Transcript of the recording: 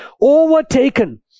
overtaken